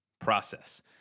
process